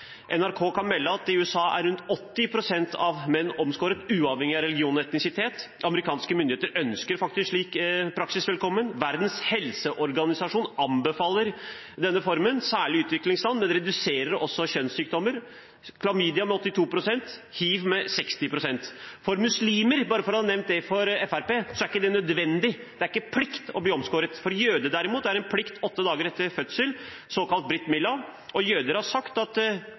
NRK kan melde at i USA er rundt 80 pst. av mennene omskåret, uavhengig av religion og etnisitet. Amerikanske myndigheter ønsker faktisk en slik praksis velkommen. Verdens helseorganisasjon anbefaler denne formen, særlig i utviklingsland. Det reduserer også forekomsten av kjønnssykdommer – klamydia med 82 pst, hiv med 60 pst. For muslimer, bare for å ha nevnt det for Fremskrittspartiet, er det ikke nødvendig. Det er ikke en plikt å bli omskåret. For jøder derimot er det en plikt, åtte dager etter fødsel, såkalt brit mila, og